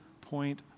point